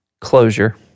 closure